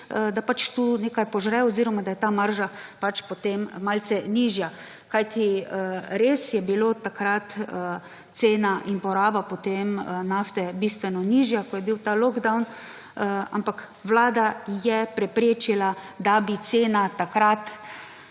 da pač tu nekaj požre oziroma da je ta marža potem malce nižja. Res je bila takrat cena in poraba nafte bistveno nižja, ko je bil ta lockdown, ampak vlada je preprečila, da bi cena takrat,